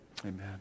Amen